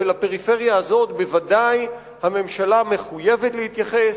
ולפריפריה הזאת בוודאי הממשלה חייבת להתייחס.